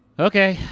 okay,